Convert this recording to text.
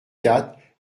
quatre